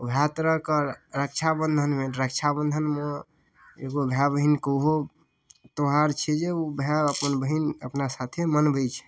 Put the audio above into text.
वएह तरहके रक्षाबन्धनमे रक्षाबन्धन मे एगो भाय बहिनके ओहो त्यौहार छै जे ओ भाय अपन बहिन अपना साथे मनबै छै